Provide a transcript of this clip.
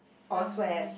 or swears